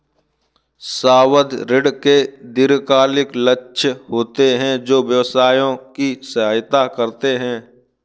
सावधि ऋण के दीर्घकालिक लक्ष्य होते हैं जो व्यवसायों की सहायता करते हैं